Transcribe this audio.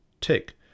tick